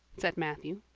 said matthew.